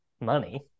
money